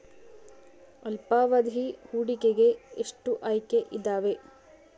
ಅಲ್ಪಾವಧಿ ಹೂಡಿಕೆಗೆ ಎಷ್ಟು ಆಯ್ಕೆ ಇದಾವೇ?